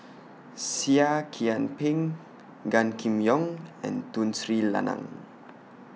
Seah Kian Peng Gan Kim Yong and Tun Sri Lanang